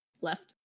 left